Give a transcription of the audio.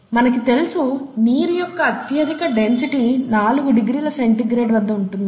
మనకి తెలుసు నీరు యొక్క అత్యధిక డెన్సిటీ 4 డిగ్రీ C వద్ద ఉంటుందని